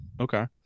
Okay